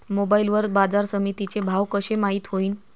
Mobile वर बाजारसमिती चे भाव कशे माईत होईन?